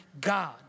God